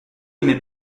aimait